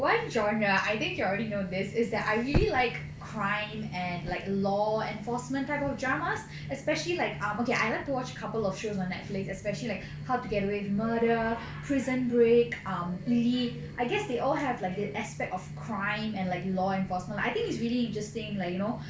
what genre I think you already know this is that I really like crime and like law enforcement type of dramas especially like um okay I like to watch a couple of shows on netflix especially like how to get away with murder prison break um I guess they all have like the aspect of crime and like law enforcement I think it's really interesting like you know